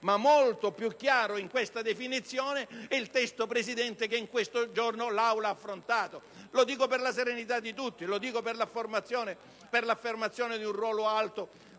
Molto più chiaro, però, in questa definizione è il testo, signor Presidente, che in questo giorno l'Aula ha affrontato. Lo dico per la serenità di tutti e per l'affermazione di un ruolo alto